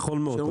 נכון מאוד.